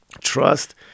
Trust